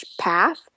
path